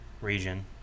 region